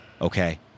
okay